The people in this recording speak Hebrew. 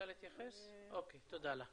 להתייחס לשני דברים שקשורים למשרד הבינוי והשיכון.